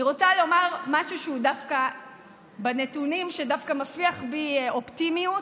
אני רוצה לומר משהו בעניין הנתונים שדווקא מפיח בי אופטימיות,